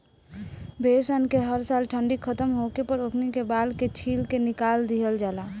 भेड़ सन के हर साल ठंडी खतम होखे पर ओकनी के बाल के छील के निकाल दिहल जाला